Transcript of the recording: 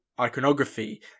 iconography